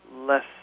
less